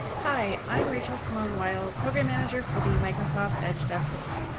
hi, i'm rachel simone weil, program manager for the microsoft edge devtools.